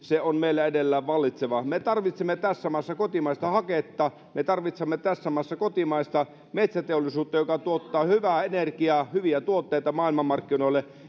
on meillä edelleen vallitseva me tarvitsemme tässä maassa kotimaista haketta me tarvitsemme tässä maassa kotimaista metsäteollisuutta joka tuottaa hyvää energiaa hyviä tuotteita maailmanmarkkinoille